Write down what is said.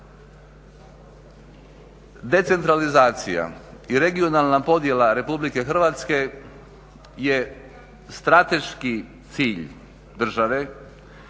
Decentralizacija i regionalna podjela RH je strateški cilj države